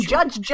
Judge